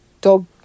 dog